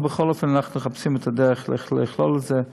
אבל בכל אופן אנחנו מחפשים את הדרך לכלול את זה.